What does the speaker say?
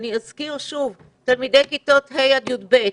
אני אזכיר שוב שתלמידי כיתות ה' עד י"ב,